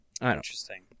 Interesting